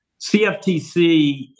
CFTC